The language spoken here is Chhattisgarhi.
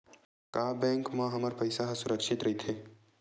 का बैंक म हमर पईसा ह सुरक्षित राइथे?